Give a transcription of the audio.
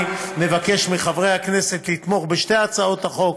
אני מבקש מחברי הכנסת לתמוך בשתי הצעות החוק,